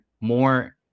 more